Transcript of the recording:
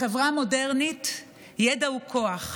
בחברה המודרנית ידע הוא כוח,